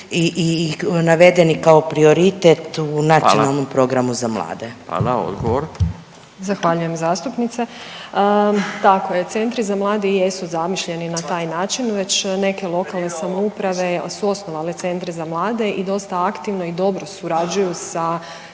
**Radin, Furio (Nezavisni)** Hvala. Odgovor. **Josić, Željka (HDZ)** Zahvaljujem zastupnice. Tako je, centri za mlade i jesu zamišljeni na taj način, već neke lokalne samouprave su osnovale centre za mlade i dosta aktivno i dobro surađuju sa